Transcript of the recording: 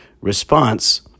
response